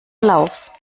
lauf